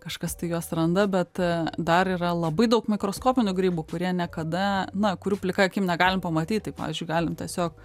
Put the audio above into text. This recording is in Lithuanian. kažkas tai juos randa bet dar yra labai daug mikroskopinių grybų kurie niekada na kurių plika akimi negalim pamatyt tai pavyzdžiui galim tiesiog